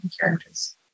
characters